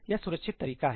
यह सुरक्षित तरीका है